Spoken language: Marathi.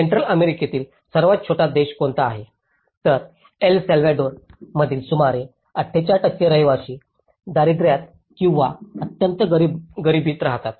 सेंट्रल अमेरिकेतील सर्वात छोटा देश कोणता आहे तर एल साल्वाडोर मधील सुमारे 48 रहिवासी दारिद्र्यात किंवा अत्यंत गरीबीत राहतात